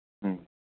ꯎꯝ